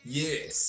yes